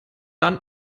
dann